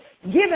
given